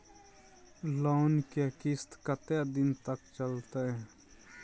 Loan के किस्त कत्ते दिन तक चलते?